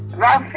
raffi!